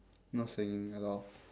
no singing at all